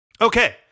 Okay